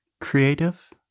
creative